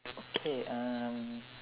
okay um